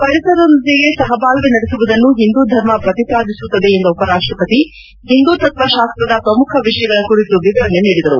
ಪರಿಸರದೊಂದಿಗೆ ಸಹಬಾಳ್ವೆ ನಡೆಸುವುದನ್ನು ಹಿಂದೂ ಧರ್ಮ ಪ್ರತಿಪಾದಿಸುತ್ತದೆ ಎಂದ ಉಪರಾಷ್ಟಪತಿ ಹಿಂದೂತತ್ವ ಶಾಸ್ತದ ಪ್ರಮುಖ ವಿಷಯಗಳ ಕುರಿತು ವಿವರಣೆ ನೀಡಿದರು